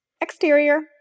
Exterior